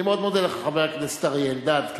אני מאוד מודה לך, חבר הכנסת אריה אלדד.